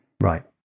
Right